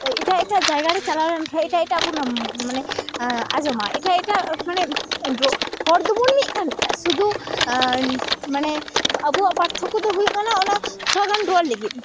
ᱮᱴᱟᱜ ᱮᱴᱟᱜ ᱡᱟᱭᱜᱟᱨᱮ ᱪᱟᱞᱟᱣ ᱞᱮᱱᱠᱷᱟᱡ ᱮᱴᱟᱜᱵᱚᱱ ᱢᱟᱱᱮ ᱟᱡᱚᱢᱟ ᱮᱴᱟᱜ ᱮᱴᱟᱜ ᱢᱟᱱᱮ ᱦᱚᱲᱫᱚ ᱵᱚᱱ ᱢᱤᱫᱠᱟᱱ ᱜᱮᱭᱟ ᱥᱩᱫᱷᱩ ᱢᱟᱱᱮ ᱟᱵᱚᱣᱟᱜ ᱯᱟᱨᱛᱷᱚᱠᱠᱚ ᱫᱚ ᱦᱩᱭᱩᱜ ᱠᱟᱱᱟ ᱚᱱᱟ ᱛᱷᱚᱲᱟᱜᱟᱱ ᱨᱚᱲ ᱞᱟᱹᱜᱤᱫ